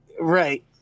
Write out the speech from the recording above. Right